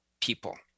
people